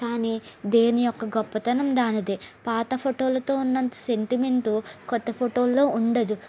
కానీ దేని యొక్క గొప్పతనం దానిదే పాత ఫోటోలతో ఉన్నంత సెంటిమెంటు క్రొత్త ఫోటోలో ఉండదు